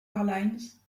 airlines